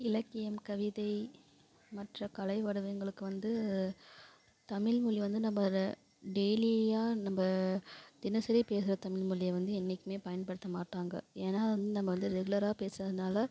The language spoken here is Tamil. இலக்கியம் கவிதை மற்ற கலை வடிவங்களுக்கு வந்து தமிழ் மொழி வந்து நம்ம அதை டெய்லி நம்ம தினசரி பேசுகிற தமிழ் மொழிய வந்து என்றைக்குமே பயன்படுத்த மாட்டாங்க ஏன்னா அது வந்து நம்ம வந்து ரெகுலராக பேசுறதுனால